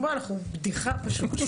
בדיחה פשוט.